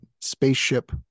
spaceship